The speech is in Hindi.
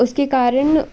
उसके कारण